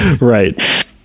right